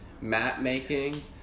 map-making